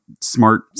smart